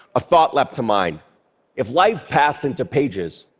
a thought leapt to mind if life passed into pages,